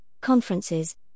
conferences